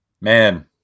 Man